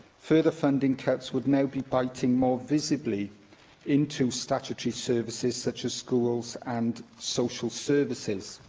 further funding cuts would now be biting more visibly into statutory services such as schools and social services,